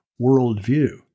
worldview